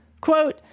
Quote